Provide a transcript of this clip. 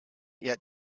yet